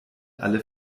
alle